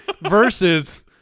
versus